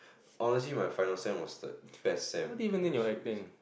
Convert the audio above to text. honestly my final sem was the best sem it was so easy